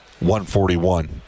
141